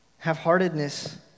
Half-heartedness